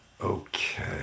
Okay